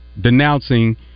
denouncing